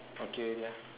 okay already ah